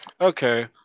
Okay